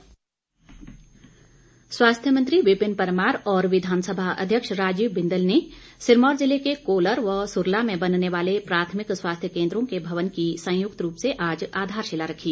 स्वास्थ्य मंत्री स्वास्थ्य मंत्री विपिन परमार और विधानसभा अध्यक्ष राजीव बिंदल ने सिरमौर जिले के कोलर व सुरला में बनने वाले प्राथमिक स्वास्थ्य केंद्रों के भवन की संयुक्त रूप से आज आधारशिला रखी